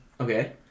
Okay